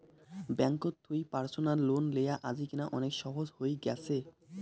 ব্যাঙ্ককোত থুই personal loan লেয়া আজিকেনা অনেক সহজ হই গ্যাছে